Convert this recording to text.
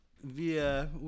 via